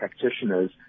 practitioners